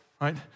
right